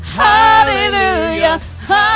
hallelujah